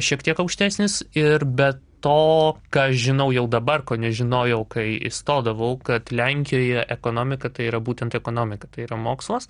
šiek tiek aukštesnis ir be to ką žinau jau dabar ko nežinojau kai įstodavau kad lenkijoje ekonomika tai yra būtent ekonomika tai yra mokslas